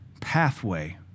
pathway